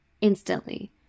instantly